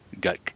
got